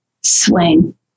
swing